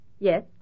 Yes